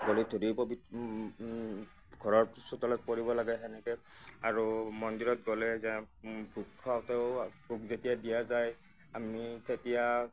ভৰিত ধৰি পবি ঘৰৰ চোতালত পৰিব লাগে সেনেকৈ আৰু মন্দিৰত গ'লে যাৰ ভোগ খাওঁতেও ভোগ যেতিয়া দিয়া যায় আমি তেতিয়া